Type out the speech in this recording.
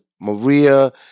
Maria